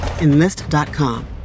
Enlist.com